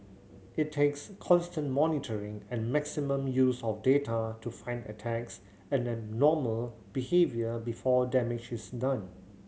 it takes constant monitoring and maximum use of data to find attacks and abnormal behaviour before damage is done